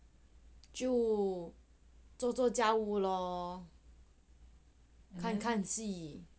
就做做家务咯看看戏